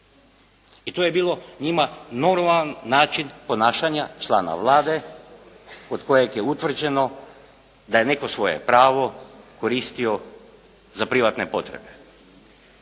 I to je bilo njima normalan način ponašanja člana Vlade kod kojeg je utvrđeno da je netko svoje pravo koristio za privatne potrebe.